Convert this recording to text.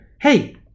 Hey